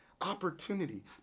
opportunity